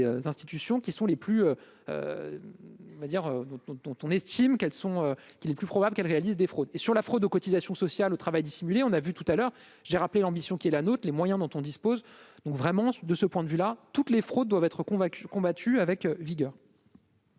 estime qu'elles sont, qu'il est plus probable qu'elle réalise des fraudes et sur la fraude aux cotisations sociales au travail dissimulé, on a vu tout à l'heure j'ai rappelé l'ambition qui est la nôtre, les moyens dont on dispose donc, vraiment, de ce point de vue là toutes les fraudes doivent être convaincus combattu avec vigueur.